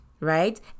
right